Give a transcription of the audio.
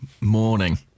Morning